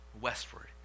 westward